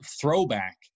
throwback